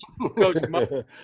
Coach